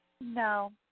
No